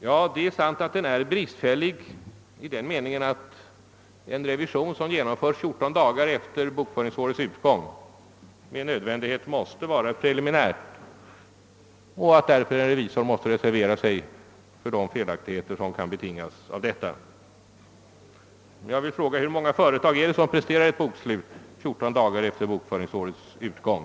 Ja, det är sant att den är bristfällig i den meningen att en revision som genomförs 14 dagar efter bokföringsårets utgång med nödvändighet blir preliminär och att därför en revisor måste reservera sig för de felaktigheter som kan betingas av detta. Jag vill fråga: Hur många företag är det som presterar ett bokslut 14 dagar efter bokföringsårets utgång?